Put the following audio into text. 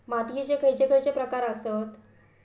मातीयेचे खैचे खैचे प्रकार आसत?